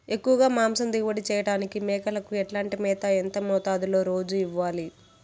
ఎక్కువగా మాంసం దిగుబడి చేయటానికి మేకలకు ఎట్లాంటి మేత, ఎంత మోతాదులో రోజు ఇవ్వాలి?